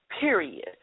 period